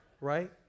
right